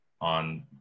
on